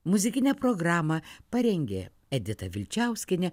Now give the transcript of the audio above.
muzikinę programą parengė edita vilčiauskienė